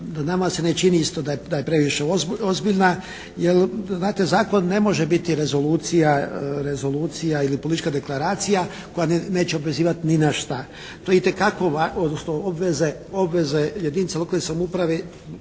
Nama se ne čini isto da je previše ozbiljna jer znate zakon ne može biti rezolucija ili politička deklaracija koja neće obvezivati ni na šta. To je itekako, odnosno obveze jedinica lokalne samouprave